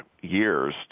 years